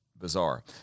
bizarre